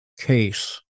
case